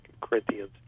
Corinthians